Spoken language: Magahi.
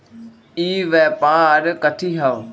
ई व्यापार कथी हव?